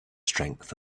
strength